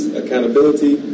accountability